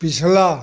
पिछला